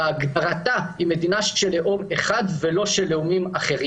בהגדרתה היא מדינה של לאום אחד ולא של לאומים רבים.